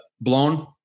blown